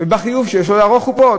ובחיוב שיש לו לערוך חופות?